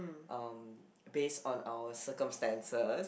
um based on our circumstances